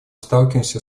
сталкиваемся